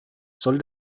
soll